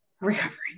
recovering